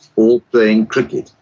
or playing cricket.